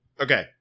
Okay